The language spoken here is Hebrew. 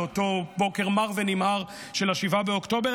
באותו בוקר מר ונמהר של 7 באוקטובר,